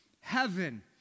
Heaven